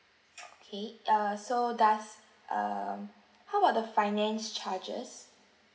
okay uh so does um how about the finance charges